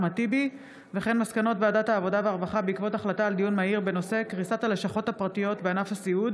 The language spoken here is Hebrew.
יצחק פינדרוס ועלי סלאלחה, הצעת חוק אישור